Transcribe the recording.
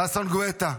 ששון גואטה.